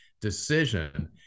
decision